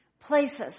places